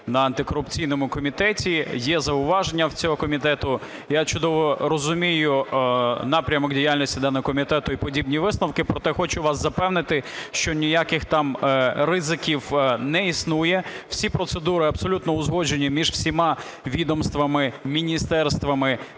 на антикорупційному комітеті. Є зауваження в цього комітету. Я чудово розумію напрямок діяльності даного комітету і подібні висновки. Проте хочу вас запевнити, що ніяких там ризиків не існує. Всі процедури абсолютно узгоджені між всіма відомствами, міністерствами,